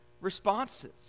responses